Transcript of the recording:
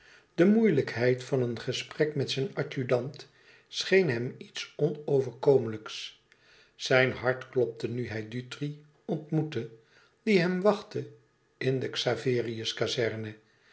de moeilijkheid van een gesprek met zijn adjudant scheen hem iets onoverkomelijks zijn hart klopte nu hij dutri ontmoette die hem wachtte in de xaverius kazerne